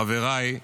חבריי,